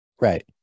Right